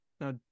Now